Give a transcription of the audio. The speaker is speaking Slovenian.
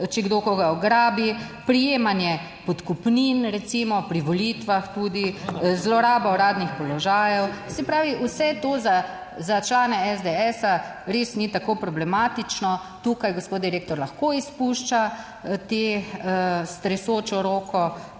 če kdo koga ugrabi, prejemanje podkupnin recimo pri volitvah, tudi zloraba uradnih položajev. Se pravi, vse to za člane SDS res ni tako problematično. Tukaj gospod direktor lahko izpušča te s tresočo roko,